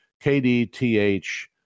KDTH